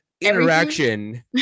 interaction